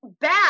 Bad